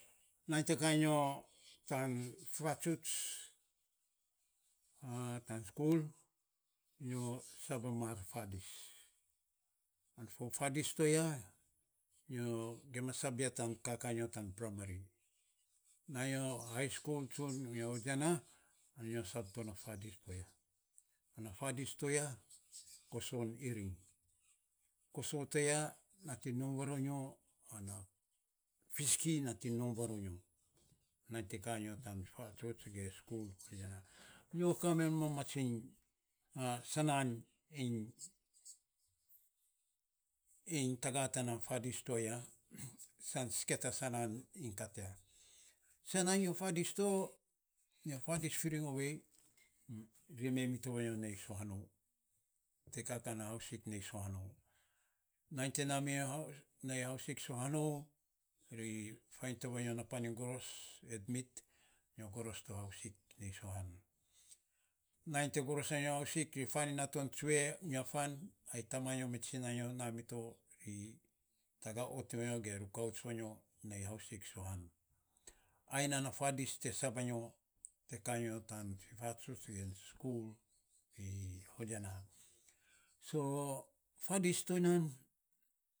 Nainy te ka nyo tan fatsuts skul nyo sab a mar fadis, fo fadis toya nyo gima sab ya kaka nyo ta praimari na nyo hai skul tsun unyia hujena. Nyo sab to na fadis to ya, a fadis to ya koson iring koso ti ya nating nom varonyo ana fisiki nating nom varonyo, nainy te kaa nyo tan fatsuts gen skul nyo kaa men mama tsing sansan iny taga tana fadis toya san sikiaya ta sansan iny kat ya sen nainy nyo fadis to nyo fadis firing ovei, ri mei mito vanyo sohan te kaka na hausik nei sohan, nainy te na mi nyo nei hausik sohanou, ri fainy to van yo na pan iny goros, edmit nyo goros to hausik nei sohan, nainy te goros a hausik ri faniny na ton tsue fan ai tamanyo me tsinanyo na mi to ri tagaot iny to vanyo ge rukauts vanyo nei hausik sohan ai nan na fadis te sabanyo, te kaa. Nyo tan fatsuts gen skul nei hujena.